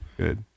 Good